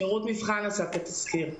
שירות המבחן עשה את התסקיר.